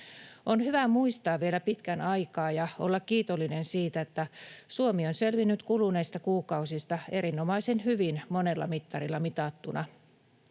On hyvä muistaa vielä pitkän aikaa ja olla kiitollinen siitä, että Suomi on selvinnyt kuluneista kuukausista erinomaisen hyvin monella mittarilla mitattuna.